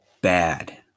bad